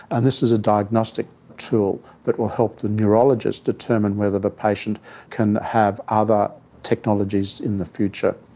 and this is a diagnostic tool that will help the neurologist determine whether the patient can have other technologies in the future,